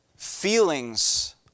Feelings